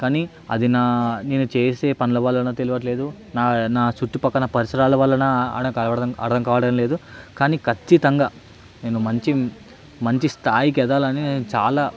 కానీ అది నా నేను చేసే పనుల వల్లనో తెలియటం లేదు నా నా చుట్టూ పక్కల పరిసరాల వల్లనో నాకర్థం అర్థం కావడం లేదు కానీ ఖచ్చితంగా నేను మంచి మంచి స్థాయికి ఎదగాలని నేను చాలా